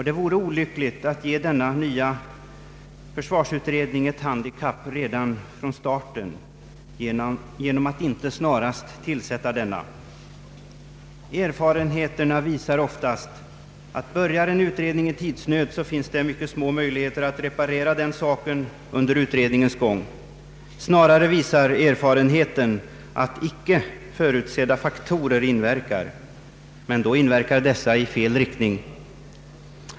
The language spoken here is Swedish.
Det vore olyckligt att ge denna nya försvarsutredning ett handikapp redan från starten genom att inte snarast tillsätta den. Erfarenheterna visar ofta, att om en utredning börjar i tidsnöd så finns det mycket små möjligheter att reparera den saken under utredningens gång. Snarare visar erfarenheten att icke förutsedda faktorer inverkar, men då inverkar de i fel riktning.